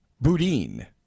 Boudin